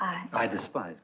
e i despise